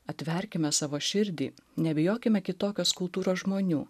atverkime savo širdį nebijokime kitokios kultūros žmonių